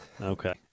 Okay